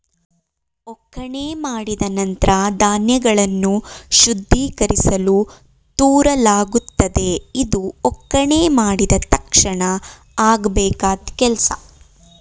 ಒಕ್ಕಣೆ ಮಾಡಿದ ನಂತ್ರ ಧಾನ್ಯಗಳನ್ನು ಶುದ್ಧೀಕರಿಸಲು ತೂರಲಾಗುತ್ತದೆ ಇದು ಒಕ್ಕಣೆ ಮಾಡಿದ ತಕ್ಷಣ ಆಗಬೇಕಾದ್ ಕೆಲ್ಸ